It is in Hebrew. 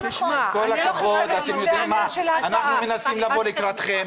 אנחנו מנסים לבוא לקראתכם,